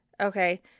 Okay